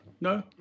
no